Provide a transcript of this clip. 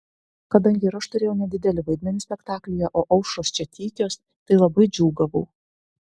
kadangi ir aš turėjau nedidelį vaidmenį spektaklyje o aušros čia tykios tai labai džiūgavau